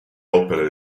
opere